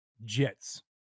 Jets